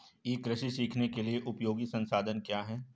ई कृषि सीखने के लिए उपयोगी संसाधन क्या हैं?